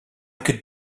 could